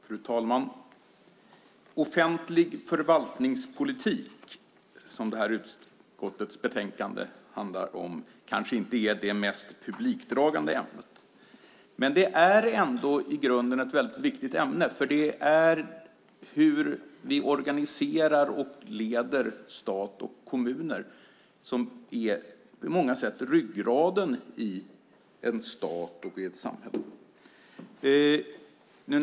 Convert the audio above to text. Fru talman! Offentlig förvaltningspolitik, som utskottets betänkande handlar om, är kanske inte det mest publikdragande ämnet. Det är ändå i grunden ett väldigt viktigt ämne, för det är hur vi organiserar och leder stat och kommuner som på många sätt är ryggraden i en stat, i ett samhälle.